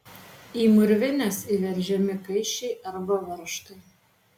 į mūrvines įveržiami kaiščiai arba varžtai